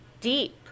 deep